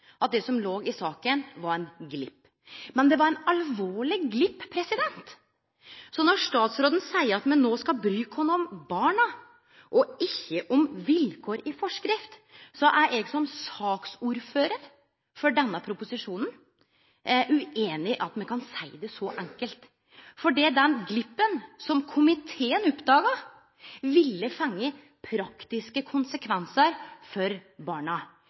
at det som låg i saka, var ein glipp. Men det var ein alvorleg glipp. Så når statsråden seier at me skal bry oss om barna og ikkje om vilkår i ei forskrift, er eg som saksordførar for denne innstillinga ueinig i at me kan seie det så enkelt. For den glippen som komiteen oppdaga, ville fått praktiske konsekvensar for barna.